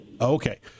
okay